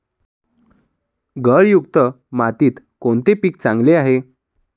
गाळयुक्त मातीत कोणते पीक चांगले येते?